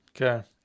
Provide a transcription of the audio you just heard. Okay